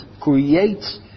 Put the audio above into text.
creates